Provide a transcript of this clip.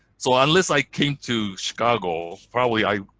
so unless i came to chicago, probably i